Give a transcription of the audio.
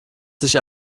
sich